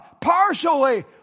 partially